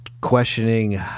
questioning